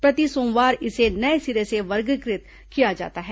प्रति सोमवार इसे नये सिरे से वर्गीकृत किया जाता है